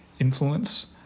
influence